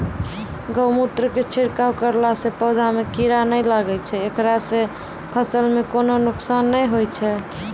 गोमुत्र के छिड़काव करला से पौधा मे कीड़ा नैय लागै छै ऐकरा से फसल मे कोनो नुकसान नैय होय छै?